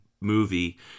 movie